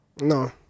No